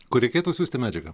kur reikėtų siųsti medžiagą